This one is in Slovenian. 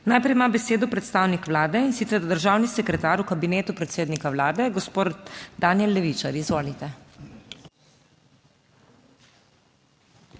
Najprej ima besedo predstavnik Vlade, in sicer državni sekretar v Kabinetu predsednika Vlade, gospod Danijel Levičar. Izvolite.